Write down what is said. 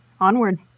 Onward